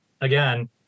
again